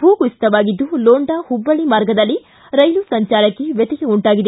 ಭೂಕುಸಿತವಾಗಿದ್ದು ಲೋಂಡಾ ಹುಬ್ಬಳ್ಳಿ ಮಾರ್ಗದಲ್ಲಿ ರೈಲು ಸಂಚಾರಕ್ಕೆ ವ್ಯತ್ಯಯ ಉಂಟಾಗಿದೆ